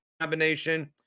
combination